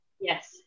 Yes